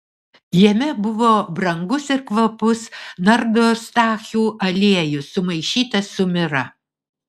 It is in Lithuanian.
jame buvo brangus ir kvapus nardostachių aliejus sumaišytas su mira